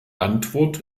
antwort